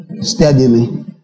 steadily